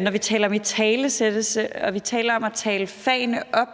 når vi taler om italesættelse og om at tale fagene op.